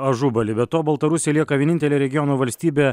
ažubali be to baltarusija lieka vienintelė regiono valstybė